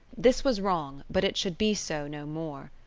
this was wrong but it should be so no more.